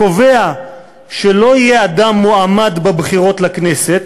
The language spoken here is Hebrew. קובע שלא יהיה אדם מועמד בבחירות לכנסת